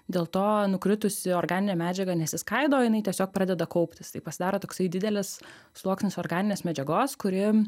dėl to nukritusi organinė medžiaga nesiskaido jinai tiesiog pradeda kauptis tai pasidaro toksai didelis sluoksnis organinės medžiagos kuri